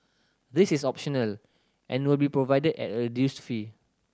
this is optional and will be provided at a reduced fee